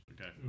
Okay